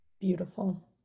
Beautiful